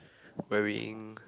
wearing